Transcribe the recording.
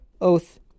oath